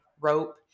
rope